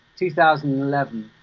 2011